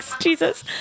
Jesus